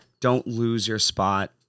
don't-lose-your-spot